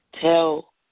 tell